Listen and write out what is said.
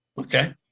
Okay